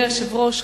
אדוני היושב-ראש,